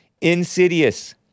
Insidious